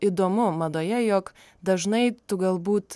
įdomu madoje jog dažnai tu galbūt